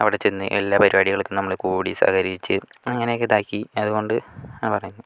അവിടെ ചെന്ന് എല്ലാ പരിപാടികൾക്കും നമ്മൾ കൂടി സഹകരിച്ച് അങ്ങനെയൊക്കെ ഇതാക്കി അതുകൊണ്ട് ആ പറയുന്നത്